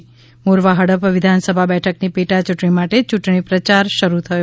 ઃ મોરવા હડફ વિધાનસભા બેઠકની પેટાયૂંટણી માટે યૂંટણી પ્રચાર શરૂ થયો